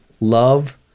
love